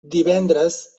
divendres